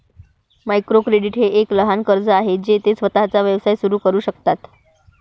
micro credit हे एक लहान कर्ज आहे जे ते स्वतःचा व्यवसाय सुरू करू शकतात